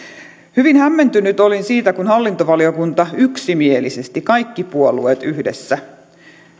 hyvin hämmentynyt olin siitä kun hallintovaliokunta yksimielisesti kaikki puolueet yhdessä